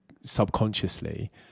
subconsciously